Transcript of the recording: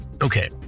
Okay